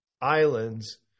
islands